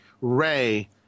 Ray